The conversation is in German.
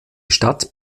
stadt